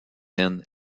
end